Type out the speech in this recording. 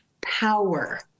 power